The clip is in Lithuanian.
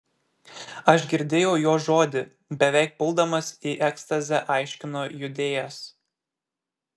aš girdėjau jo žodį beveik puldamas į ekstazę aiškino judėjas